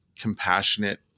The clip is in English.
compassionate